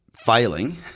failing